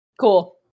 Cool